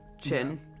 chin